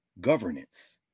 governance